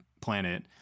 planet